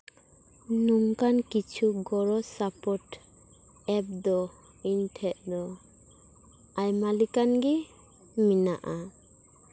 ᱱᱚᱝᱠᱟᱱ ᱠᱤᱪᱷᱩ ᱜᱚᱲᱚ ᱥᱟᱯᱚᱴ ᱮᱯ ᱫᱚ ᱤᱧ ᱴᱷᱮᱡ ᱫᱚ ᱟᱭᱢᱟ ᱞᱮᱠᱟᱱ ᱜᱮ ᱢᱮᱱᱟᱜᱼᱟ